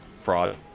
fraud